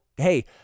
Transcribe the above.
hey